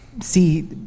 see